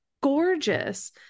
gorgeous